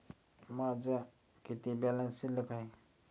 माझा किती बॅलन्स शिल्लक आहे?